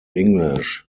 english